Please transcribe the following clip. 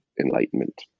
enlightenment